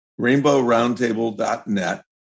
rainbowroundtable.net